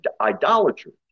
idolaters